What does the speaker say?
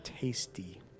tasty